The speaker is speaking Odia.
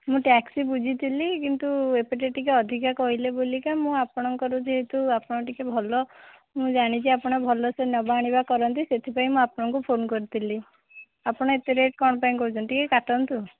ମୁଁ ଟ୍ୟାକ୍ସି ବୁଝିଥିଲି କିନ୍ତୁ ଏପଟେ ଟିକେ ଅଧିକା କହିଲେ ବୋଲିକା ମୁଁ ଆପଣଙ୍କର ଯେହେତୁ ଆପଣ ଟିକେ ଭଲ ମୁଁ ଜାଣିଛି ଆପଣ ଭଲ ସେ ନେବା ଆଣିବା କରନ୍ତି ସେଥିପାଇଁ ମୁଁ ଆପଣଙ୍କୁ ଫୋନ କରିଥିଲି ଆପଣ ଏତେ ରେଟ୍ କ'ଣ ପାଇଁ କହୁଛନ୍ତି ଟିକେ କାଟନ୍ତୁ